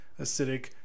acidic